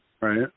right